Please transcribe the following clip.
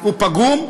הוא פגום.